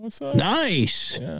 Nice